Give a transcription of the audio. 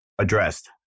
addressed